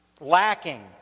lacking